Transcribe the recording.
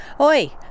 oi